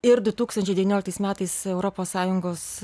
ir du tūkstančiai devynioliktais metais europos sąjungos